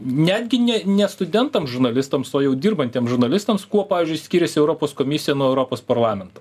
netgi ne ne studentam žurnalistams o jau dirbantiem žurnalistams kuo pavyzdžiui skiriasi europos komisija nuo europos parlamento